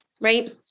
right